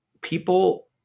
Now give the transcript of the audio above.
people